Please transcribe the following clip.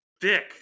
dick